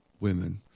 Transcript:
women